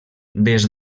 des